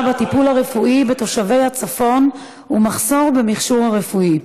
בטיפול הרפואי בתושבי הצפון ומחסור במכשור רפואי,